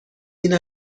این